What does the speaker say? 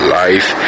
life